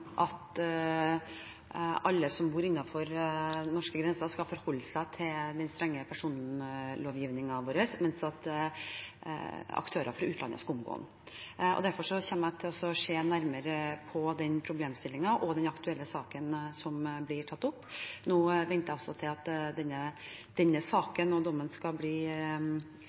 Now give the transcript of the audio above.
at alle som bor innenfor Norges grenser, skal forholde seg til den strenge personlovgivningen vår, mens aktører fra utlandet skal kunne omgå den. Derfor kommer jeg til å se nærmere på den problemstillingen og den aktuelle saken som blir tatt opp. Nå venter jeg på denne saken og på at en eventuell dom skal bli